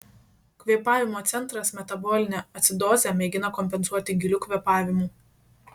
kvėpavimo centras metabolinę acidozę mėgina kompensuoti giliu kvėpavimu